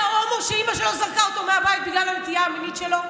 אתה הומו שאימא שלו זרקה אותו מהבית בגלל הנטייה המינית שלו?